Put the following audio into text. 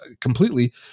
completely